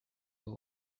low